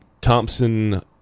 Thompson